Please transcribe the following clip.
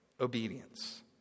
Obedience